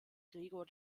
gregor